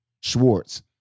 Schwartz